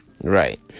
Right